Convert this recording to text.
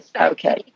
Okay